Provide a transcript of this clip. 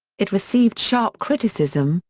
it received sharp criticism,